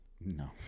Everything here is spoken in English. No